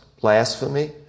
blasphemy